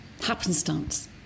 happenstance